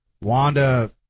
Wanda